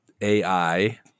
AI